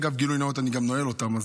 גילוי נאות, אני גם נועל אותן.